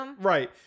right